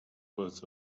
was